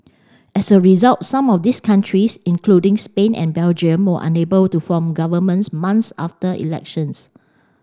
as a result some of these countries including Spain and Belgium were unable to form governments months after elections